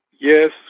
yes